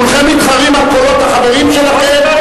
כולכם מתחרים על קולות החברים שלכם?